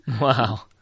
Wow